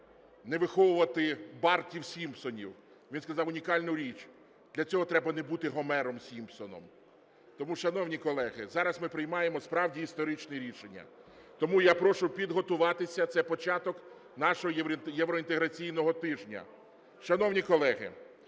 не виховувати Бартів Сімпсонів, він сказав унікальну річ: для цього треба не бути Гомером Сімпсоном. Тому, шановні колеги, зараз ми приймаємо справді історичне рішення. Тому я прошу підготуватися. Це початок нашого євроінтеграційного тижня. Шановні колеги,